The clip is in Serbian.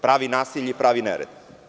Pravi nasilje i pravi nered.